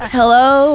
Hello